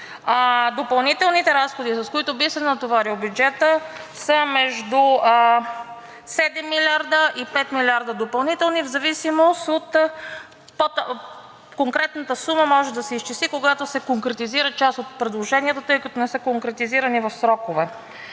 допълнителните разходи, с които би се натоварил бюджетът, са между 7 милиарда и 5 милиарда допълнителни в зависимост... Конкретната сума може да се изчисли, когато се конкретизират част от предложенията, тъй като не са конкретизирани в срокове.